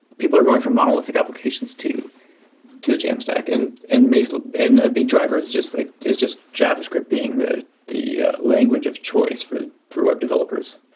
people are going from monolithic applications to to the jamstack, and and so and a big driver is just like is just javascript being the the language of choice for for web developers